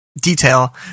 detail